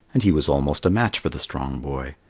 and he was almost a match for the strong boy.